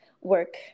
work